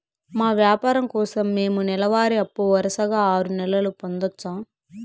మా వ్యాపారం కోసం మేము నెల వారి అప్పు వరుసగా ఆరు నెలలు పొందొచ్చా?